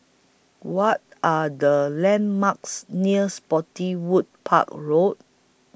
What Are The landmarks near Spottiswoode Park Road